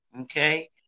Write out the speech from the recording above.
okay